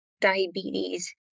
diabetes